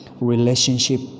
relationship